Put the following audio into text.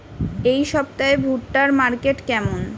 এই সপ্তাহে ভুট্টার মার্কেট কেমন?